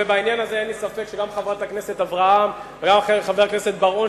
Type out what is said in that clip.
ובעניין הזה אין לי ספק שגם חברת הכנסת אברהם וגם חבר הכנסת בר-און,